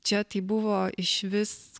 čia tai buvo išvis